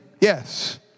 Yes